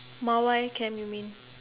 Mawai camp you mean